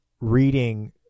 reading